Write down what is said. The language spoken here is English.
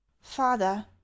Father